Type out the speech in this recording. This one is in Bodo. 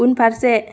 उनफारसे